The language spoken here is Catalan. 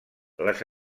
les